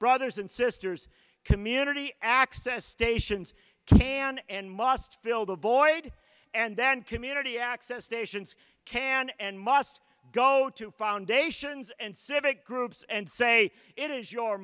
brothers and sisters community access stations can and must fill the void and then community access stations can and must go to foundations and civic groups and say it is your